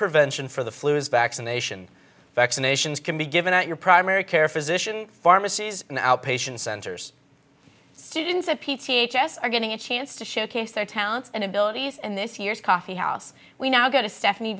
prevention for the flu is vaccination vaccinations can be given at your primary care physician pharmacies and outpatient centers students at p t a chess are getting a chance to showcase their talents and abilities and this year's coffee house we now go to stephanie